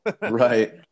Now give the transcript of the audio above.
right